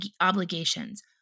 obligations